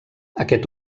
aquest